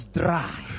dry